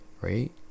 right